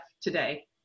today